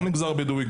גם למגזר הבדואי,